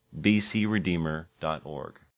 bcredeemer.org